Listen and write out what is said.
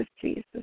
Jesus